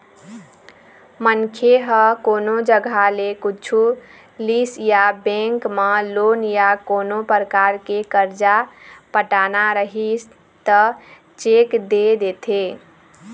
मनखे ह कोनो जघा ले कुछु लिस या बेंक म लोन या कोनो परकार के करजा पटाना रहिस त चेक दे देथे